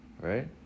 Right